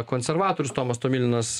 konservatorius tomas tomilinas